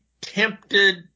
tempted